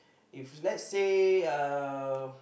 if let's say uh